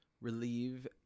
relieve